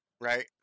right